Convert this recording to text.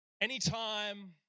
Anytime